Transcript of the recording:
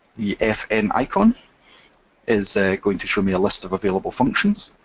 the fn icon is going to show me a list of available functions.